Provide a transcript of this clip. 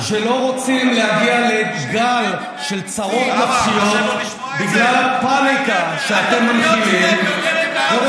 שלא רוצים שהילדים יימקו בבית, ילד, לא מבין כלום.